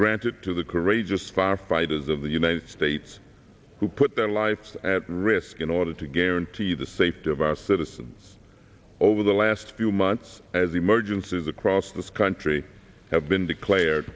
granted to the courageous firefighters of the united states who put their lives at risk in order to guarantee the safety of our citizens over the last few months as emergences across this country have been declared